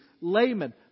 layman